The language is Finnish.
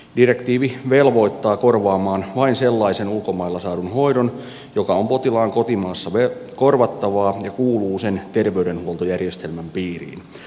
direktiivi velvoittaa korvaamaan vain sellaisen ulkomailla saadun hoidon joka on potilaan kotimaassa korvattavaa ja kuuluu sen terveydenhuoltojärjestelmän piiriin